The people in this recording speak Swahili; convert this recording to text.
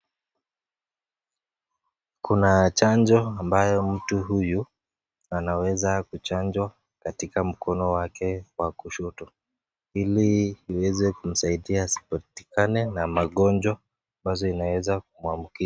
Kuna chanjo ambayo mtu huyu anaweza kuchanjwa katika mkono wake wa kushoto ili aweze kumsaidia asipatikane na magonjwa ambazo inaweza kumwambukiza.